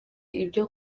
ibyo